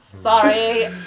Sorry